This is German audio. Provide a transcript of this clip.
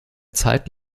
zeit